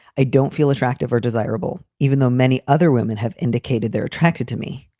i don't feel attractive or desirable, even though many other women have indicated they're attracted to me.